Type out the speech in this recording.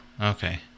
Okay